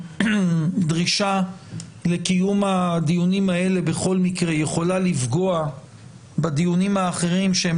שהדרישה לקיום הדיונים האלה בכל מקרה יכולה לפגוע הדיונים האחרים שהם